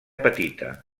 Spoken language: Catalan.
petita